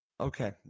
Okay